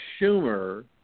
Schumer